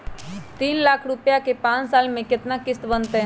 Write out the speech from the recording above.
तीन लाख रुपया के पाँच साल के केतना किस्त बनतै?